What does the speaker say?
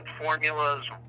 formulas